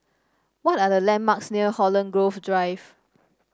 what are the landmarks near Holland Grove Drive